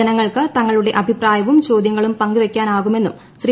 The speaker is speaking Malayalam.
ജനങ്ങൾക്ക് തങ്ങളുടെ അഭിപ്രായവും ചോദ്യങ്ങളും പങ്കുവയ്ക്കാനാകുമെന്നും ശ്രീ